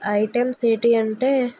items ఏంటి అంటే